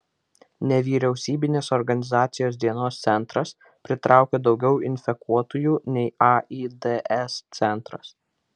nevyriausybinės organizacijos dienos centras pritraukia daugiau infekuotųjų nei aids centras